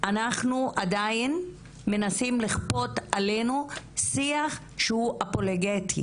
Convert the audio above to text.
אנחנו עדיין במצב שבו מנסים לכפות עלינו שיח שהוא אפולוגטי